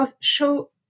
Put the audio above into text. show